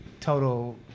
total